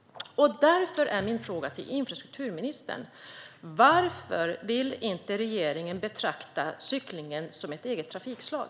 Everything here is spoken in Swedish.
Därför är min fråga till infrastrukturministern: Varför vill inte regeringen betrakta cykling som ett eget trafikslag?